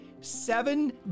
seven